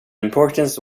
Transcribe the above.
importance